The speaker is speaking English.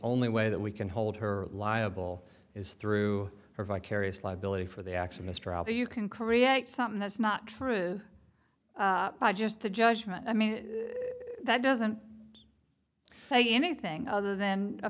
only way that we can hold her liable is through her vicarious liability for the acts of mr abbott you can create something that's not true by just the judgment i mean that doesn't say anything other than a